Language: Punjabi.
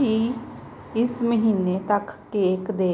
ਕੀ ਇਸ ਮਹੀਨੇ ਤੱਕ ਕੇਕ ਦੇ